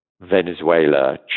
Venezuela